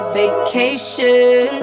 vacation